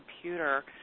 computer